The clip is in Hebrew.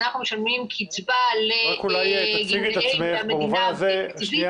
אנחנו משלמים קצבה לגמלאי המדינה בתקציבית --- רק